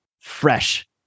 fresh